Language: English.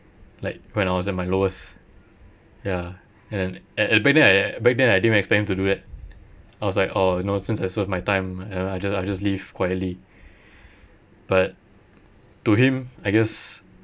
like when I was at my lowest ya and and back then I a~ back then I didn't expect him to do that I was like oh you know since I served my time you know I just I just leave quietly but to him I guess